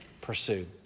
pursue